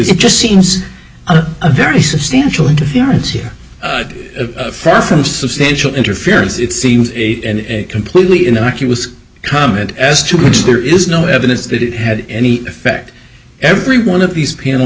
it just seems a very substantial interference here far from substantial interference it seems eight and completely innocuous comment as to which there is no evidence that it had any effect every one of these panel